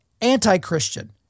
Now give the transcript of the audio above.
anti-Christian